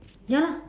ya lah